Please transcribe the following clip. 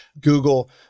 Google